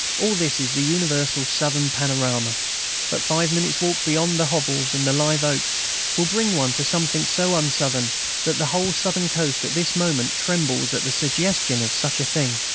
all this is the universal southern panorama but five minutes' walk beyond the hovels and the live-oaks will bring one to something so un-southern that the whole southern coast at this moment trembles at the suggestion of such a thing,